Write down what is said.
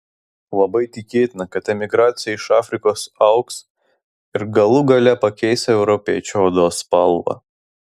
labai tikėtina kad emigracija iš afrikos augs ir galų gale pakeis europiečių odos spalvą